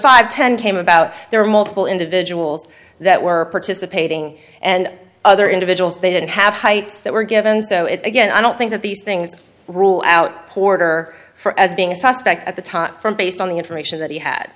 five ten came about there are multiple individuals that were participating and other individuals they didn't have that were given so it again i don't think that these things rule out porter for as being a suspect at the time from based on the information that he had